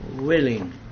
willing